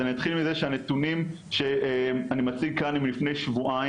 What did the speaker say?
אז אני אתחיל מזה שהנתונים שאני מציג כאן הם לפני שבועיים,